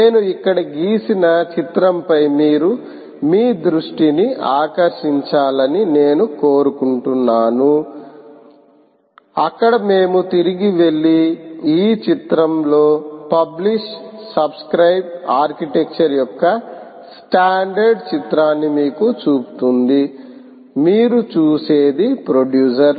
నేను ఇక్కడ గీసిన చిత్రంపై మీరు మీ దృష్టిని ఆకర్షించాలని నేను కోరుకుంటున్నాను అక్కడ మేము తిరిగి వెళ్లి ఈ చిత్రంలో పబ్లిష్ సబ్స్కృబే ఆర్కిటెక్చర్ యొక్క స్టాండర్డ్ చిత్రాన్ని మీకు చూపుతుంది మీరు చూసేది ప్రొడ్యూసర్